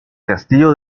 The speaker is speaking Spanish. castillo